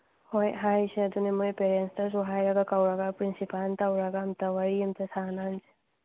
ꯍꯣꯏ ꯍꯥꯏꯁꯦ ꯑꯗꯨꯅꯦ ꯃꯈꯣꯏ ꯄꯦꯔꯦꯟꯁꯇꯁꯨ ꯍꯥꯏꯔꯒ ꯀꯧꯔꯒ ꯄ꯭ꯔꯤꯟꯁꯤꯄꯥꯜ ꯇꯧꯔꯒ ꯑꯝꯇ ꯋꯥꯔꯤ ꯑꯝꯇ ꯁꯥꯟꯅꯍꯟꯁꯤ